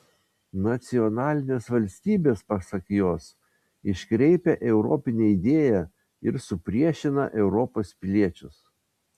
nacionalinės valstybės pasak jos iškreipia europinę idėją ir supriešina europos piliečius